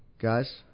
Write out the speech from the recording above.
Guys